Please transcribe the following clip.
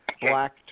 black